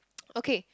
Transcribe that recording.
okay